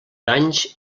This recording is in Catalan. danys